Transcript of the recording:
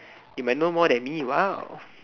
you might know more than me !wow!